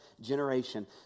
generation